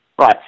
Right